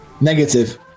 Negative